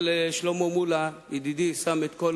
אבל שלמה מולה ידידי שם את כל